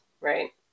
right